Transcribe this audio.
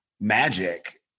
magic